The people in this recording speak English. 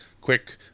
quick